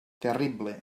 terrible